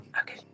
Okay